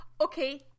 okay